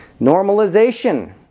Normalization